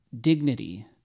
dignity